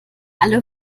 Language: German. alle